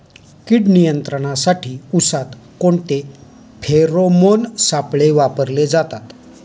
कीड नियंत्रणासाठी उसात कोणते फेरोमोन सापळे वापरले जातात?